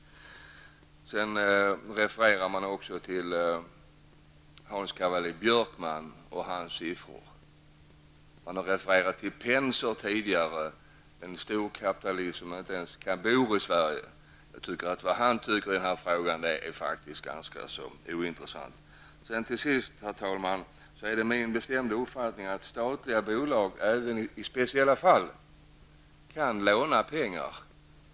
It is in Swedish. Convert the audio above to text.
Det refereras även till Hans Cavalli Björkman och de siffror som han har nämnt. Man har även refererat till Penser, en stor kapitalist som inte ens kan bo i Sverige. Vad han tycker i denna fråga är ganska ointressant. Herr talman! Det är min bestämda uppfattning att statliga bolag även i speciella fall kan låna pengar.